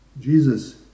Jesus